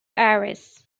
aris